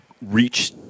reach